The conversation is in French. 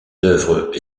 œuvres